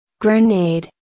Grenade